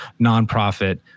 nonprofit